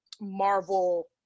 Marvel